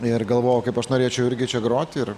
ir galvojau kaip aš norėčiau irgi čia groti ir